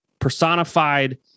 personified